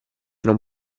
non